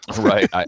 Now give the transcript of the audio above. Right